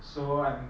so I'm